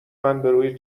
بروی